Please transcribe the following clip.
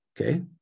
Okay